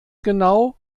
genau